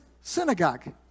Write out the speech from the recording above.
synagogue